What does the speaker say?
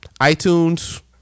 iTunes